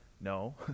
No